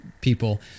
people